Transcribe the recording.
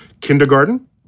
kindergarten